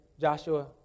Joshua